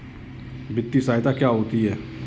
वित्तीय सहायता क्या होती है?